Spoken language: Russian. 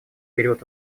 период